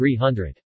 300